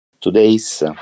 today's